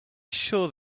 sure